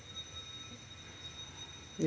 ya